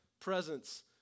presence